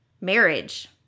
marriage